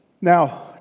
Now